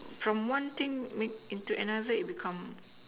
from one thing into another it become